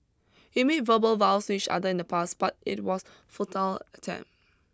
he made verbal vows to each other in the past but it was futile attempt